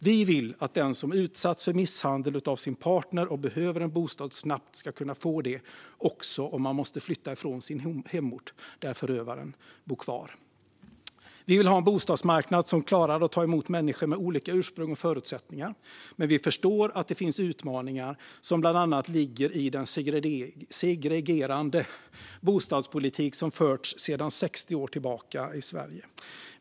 Vi vill att den som utsatts för misshandel av sin partner och behöver en bostad snabbt ska kunna få det, också om man måste flytta från sin hemort där förövaren bor kvar. Vi vill ha en bostadsmarknad som klarar att ta emot människor med olika ursprung och förutsättningar. Men vi förstår att det finns utmaningar som bland annat ligger i den segregerande bostadspolitik som förts sedan 60 år tillbaka i Sverige.